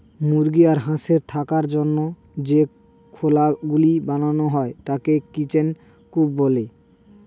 মুরগি আর হাঁসের থাকার জন্য যে খোলা গুলো বানানো হয় তাকে চিকেন কূপ বলে